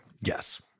Yes